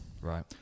right